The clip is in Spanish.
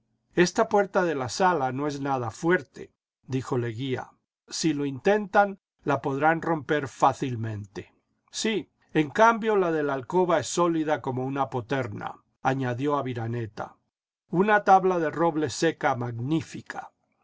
esta puerta de la sala no es nada fuerte dijo leguía si lo intentan la podrán romper fácilmente sí en cambio la de la alcoba es sólida como una poterna añadió aviraneta una tabla de roble seca magnífica